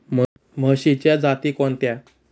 म्हशीच्या जाती कोणत्या?